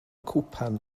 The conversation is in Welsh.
cwpan